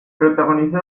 protagonizó